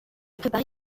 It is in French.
préparé